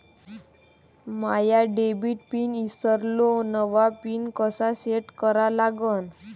माया debit pin ईसरलो, नवा pin कसा सेट करा लागन?